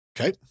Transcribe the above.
Okay